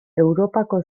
europako